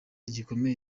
gikomeye